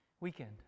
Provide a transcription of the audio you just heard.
weekend